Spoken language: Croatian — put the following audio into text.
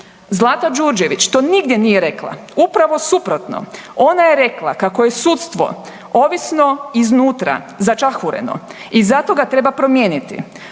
Zlata Đurđević to nigdje nije rekla. Upravo suprotno, ona je rekla kako je sudstvo ovisno iznutra, začahureno i zato ga treba promijeniti,